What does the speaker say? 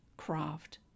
craft